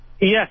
Yes